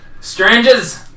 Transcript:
strangers